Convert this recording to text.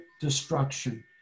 destruction